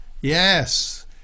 yes